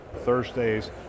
Thursdays